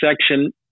section